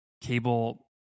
cable